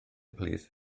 plîs